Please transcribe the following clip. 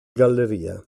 galleria